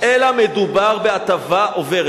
אלא מדובר בהטבה עוברת,